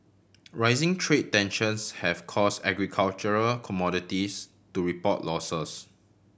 rising trade tensions have cause agricultural commodities to report losses